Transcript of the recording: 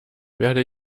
werde